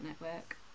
network